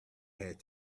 had